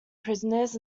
prisoners